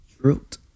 fruit